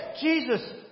Jesus